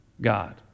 God